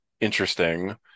interesting